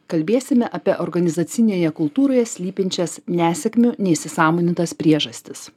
kalbėsime apie organizacinėje kultūroje slypinčias nesėkmių neįsisąmonintas priežastis